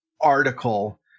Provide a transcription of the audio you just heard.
article